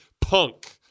punk